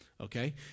Okay